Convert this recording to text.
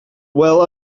well